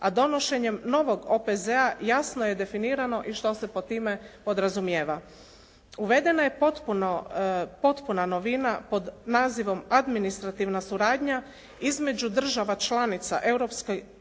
a donošenjem novog OPZ-a jasno je definirano i što se pod time podrazumijeva. Uvedena je potpuna novina pod nazivom administrativna suradnja između država članica